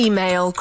Email